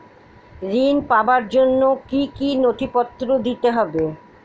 ঋণ পাবার জন্য কি কী নথিপত্র দিতে হবে?